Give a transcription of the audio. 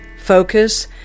focus